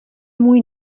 můj